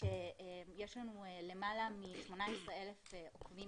יש לנו למעלה מ-18 אלף עוקבים,